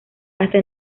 hasta